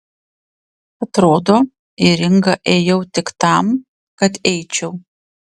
atrodo į ringą ėjau tik tam kad eičiau